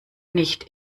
nicht